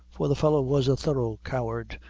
for the fellow was a thorough coward,